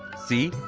see,